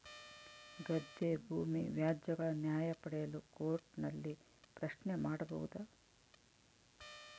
ಗದ್ದೆ ಭೂಮಿ ವ್ಯಾಜ್ಯಗಳ ನ್ಯಾಯ ಪಡೆಯಲು ಕೋರ್ಟ್ ನಲ್ಲಿ ಪ್ರಶ್ನೆ ಮಾಡಬಹುದಾ?